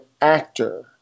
actor